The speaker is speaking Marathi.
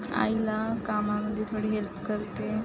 आईला कामामध्ये थोडी हेल्प करते